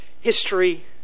history